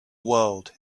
world